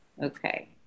Okay